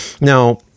Now